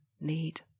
need